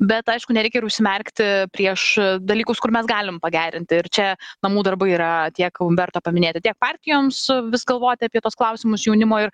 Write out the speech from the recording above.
bet aišku nereikia ir užsimerkti prieš dalykus kur mes galim pagerinti ir čia namų darbai yra tiek umberto paminėti tiek partijoms vis galvoti apie tuos klausimus jaunimo ir